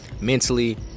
mentally